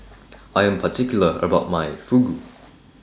I Am particular about My Fugu